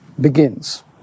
begins